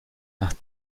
ach